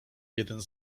jeden